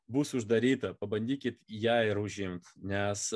bus uždaryta pabandykit ją ir užimt nes